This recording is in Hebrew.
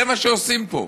זה מה שעושים פה.